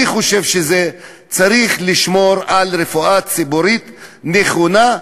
אני חושב שצריך לשמור על רפואה ציבורית נכונה,